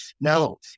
No